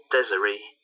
Desiree